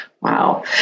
Wow